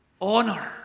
honor